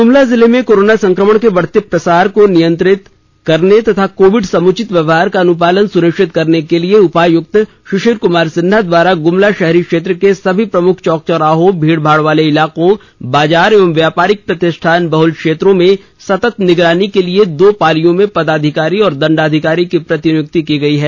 ग़मला जिले में कोरोना संक्रमण के बढ़ते प्रसार को नियंत्रित करने तथा कोविड समुचित व्यवहार का अनुपालन सुनिश्चित करने के लिए उपायुक्त शिशिर कुमार सिन्हा द्वारा ग्रमला शहरी क्षेत्र के सभी प्रमुख चौक चौराहे भीड़ भाड़ वाले क्षेत्र बाजार एवं व्यापारिक प्रतिष्ठान बहुल क्षेत्रों में सतत निगरानी के लिए दो पालियों में पदाधिकारी और दंडाधिकारी की प्रतिनियुक्ति की गई है